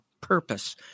purpose